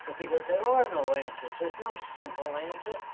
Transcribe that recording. but because there are no answers. there's no simple answer.